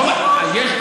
לא, היא לא מפסיקה לדבר.